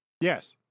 Yes